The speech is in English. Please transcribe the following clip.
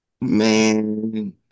Man